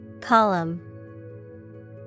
Column